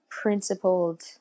principled